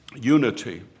Unity